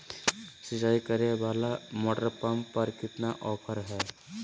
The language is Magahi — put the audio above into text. सिंचाई करे वाला मोटर पंप पर कितना ऑफर हाय?